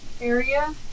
area